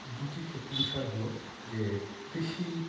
দুটি বিষয় হল যে কৃষি